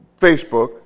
Facebook